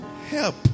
help